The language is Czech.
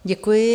Děkuji.